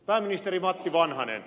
pääministeri matti vanhanen